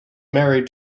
married